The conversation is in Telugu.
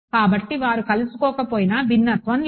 కాబట్టి వారు కలుసుకోకపోయినా భిన్నత్వం లేదు